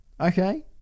okay